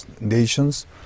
nations